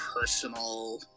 personal